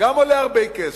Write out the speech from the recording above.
שגם עולה הרבה כסף,